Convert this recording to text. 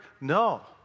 No